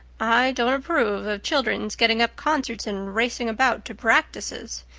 i don't approve of children's getting up concerts and racing about to practices.